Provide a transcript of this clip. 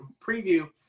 preview